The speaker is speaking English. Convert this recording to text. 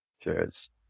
Cheers